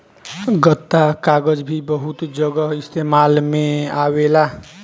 गत्ता कागज़ भी बहुत जगह इस्तेमाल में आवेला